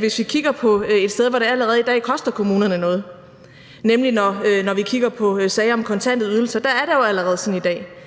Vi kan kigge på et sted, hvor det allerede i dag koster kommunerne noget, nemlig i sager om kontante ydelser. Her er det allerede sådan i dag,